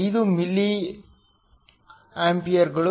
5 ಮಿಲಿ ಆಂಪಿಯರ್ಗಳು